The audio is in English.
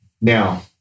Now